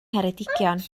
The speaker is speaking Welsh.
ngheredigion